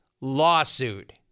lawsuit